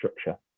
structure